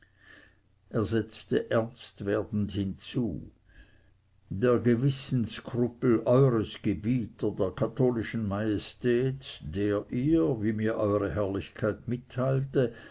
er setzte ernst werdend hinzu der gewissensskrupel eures gebieters der katholischen majestät der ihr wie mir eure herrlichkeit mitteilte